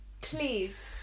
please